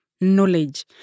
knowledge